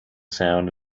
sound